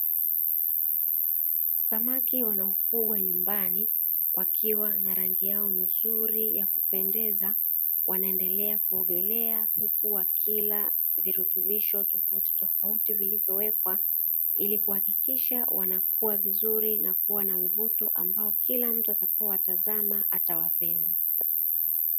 Samaki wanaofugwa nyumbani wakiwa na rangi yao nzuri ya kupendeza wanaendelea kuogelea huku wakila virutubisho tofauti tofauti vilivyo wekwa ili kuhakikisha wanakua vizuri na mvuto ambao kila mtu atakapo watazama atawapenda.